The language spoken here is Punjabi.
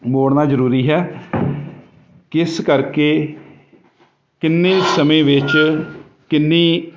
ਮੋੜਨਾ ਜ਼ਰੂਰੀ ਹੈ ਕਿਸ ਕਰਕੇ ਕਿੰਨੇ ਸਮੇਂ ਵਿੱਚ ਕਿੰਨੀ